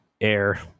air